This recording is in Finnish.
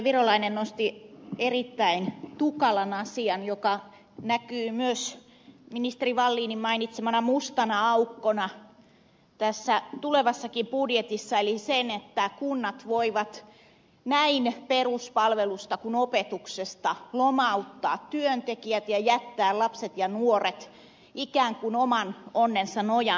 virolainen nosti erittäin tukalan asian joka näkyy myös ministeri wallinin mainitsemana mustana aukkona tulevassakin budjetissa eli sen että kunnat voivat sellaisesta peruspalvelusta kuin opetuksesta lomauttaa työntekijät ja jättää lapset ja nuoret ikään kuin oman onnensa nojaan